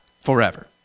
forever